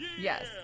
Yes